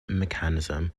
mechanism